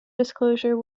disclosure